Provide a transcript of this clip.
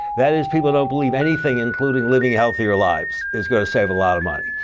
that is, people don't believe anything, including living healthier lives is going to save a lot of money.